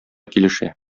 килешә